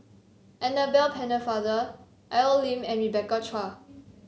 Annabel Pennefather Al Lim and Rebecca Chua